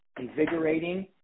invigorating